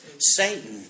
Satan